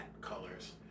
colors